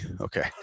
Okay